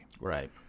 Right